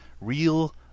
Real